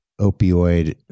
opioid